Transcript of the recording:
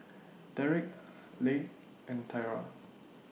Derik Leigh and Tyra